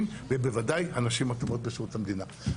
ובוודאי הנשים הטובות בשירות המדינה.